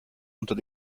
unter